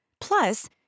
Plus